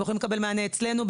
הם יכולים לקבל מענה אצלנו,